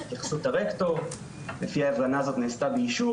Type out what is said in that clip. התייחסות הרקטור שלפיה ההפגנה הזאת נעשתה באישור